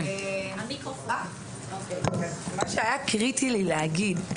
מה שהיה קריטי לי להגיד,